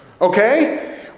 okay